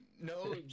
No